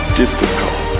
difficult